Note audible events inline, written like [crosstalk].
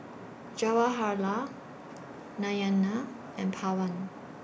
Jawaharlal [noise] Narayana and Pawan